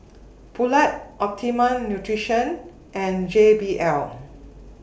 Poulet Optimum Nutrition and J B L